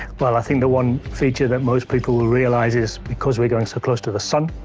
well, i think the one feature that most people will realize is, because we're going so close to the sun,